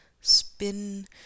spin